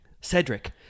Cedric